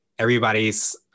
everybody's